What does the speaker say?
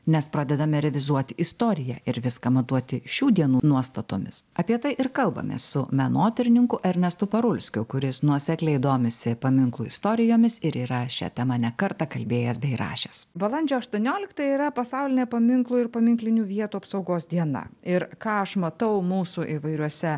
nes pradedame revizuoti istoriją ir viską matuoti šių dienų nuostatomis apie tai ir kalbamės su menotyrininku ernestu parulskiu kuris nuosekliai domisi paminklų istorijomis ir yra šia tema ne kartą kalbėjęs bei rašęs balandžio aštuoniolikta yra pasaulinė paminklų ir paminklinių vietų apsaugos diena ir ką aš matau mūsų įvairiuose